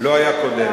לא היה קודם.